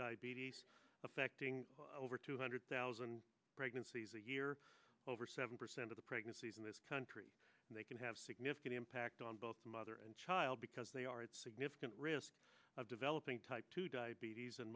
diabetes affecting over two hundred thousand pregnancies a year over seven percent of the pregnancies in this country and they can have significant impact on both mother and child because they are at significant risk of developing type two diabetes and